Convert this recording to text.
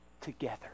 together